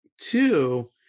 Two